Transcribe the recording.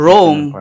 Rome